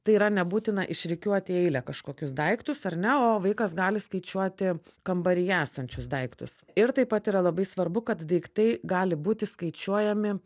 tai yra nebūtina išrikiuoti į eilę kažkokius daiktus ar ne o vaikas gali skaičiuoti kambaryje esančius daiktus ir taip pat yra labai svarbu kad daiktai gali būti skaičiuojami